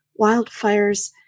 wildfires